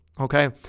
Okay